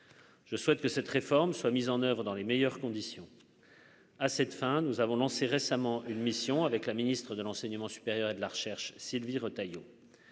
Je souhaite que cette réforme soit mise en oeuvre dans les meilleures conditions à cette fin, nous avons lancé récemment une mission avec la ministre de l'enseignement supérieur et de la recherche, Sylvie Retailleau